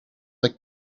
like